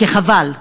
כי חבל,